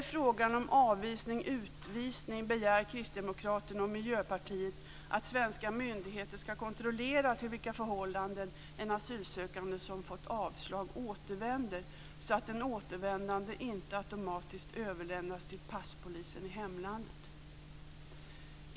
I frågan om avvisning-utvisning begär Kristdemokraterna och Miljöpartiet att svenska myndigheter ska kontrollera vilka förhållanden en asylsökande som fått avslag återvänder till, så att den återvändande inte automatiskt överlämnas till passpolisen i hemlandet.